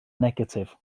negatif